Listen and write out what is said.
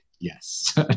yes